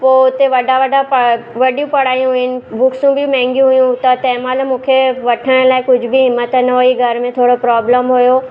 पोइ उते वॾा वॾा वॾियूं पढ़ायूं हुइयूं बुक्सूं बि महांगियूं हुइयूं त तंहिंमहिल मूंखे वठण लाइ कुझ बि हिमत न हुई घर में थोरो प्रॉब्लम हुयो